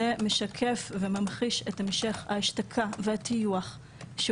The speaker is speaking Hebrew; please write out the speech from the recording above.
זה משקף וממחיש את המשך ההשתקה והטיוח שהוא